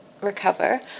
recover